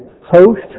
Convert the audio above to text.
host